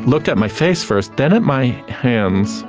looked at my face first, then at my hands